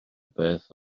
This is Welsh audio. beth